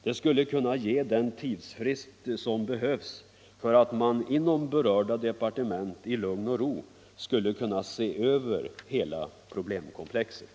Det skulle kunna ge den tidsfrist som behövs för att man inom berörda departement i lugn och ro skall kunna se över hela problemkomplexet.